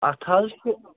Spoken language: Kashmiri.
اَتھ حظ چھُ